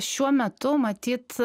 šiuo metu matyt